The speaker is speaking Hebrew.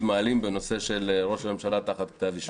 מעלים בנושא של ראש ממשלה תחת כתב אישום.